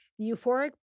Euphoric